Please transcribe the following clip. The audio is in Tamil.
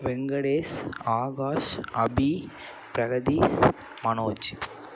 வெங்கடேஷ் ஆகாஷ் அபி பிரகதீஷ் மனோஜ்